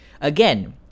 again